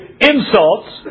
insults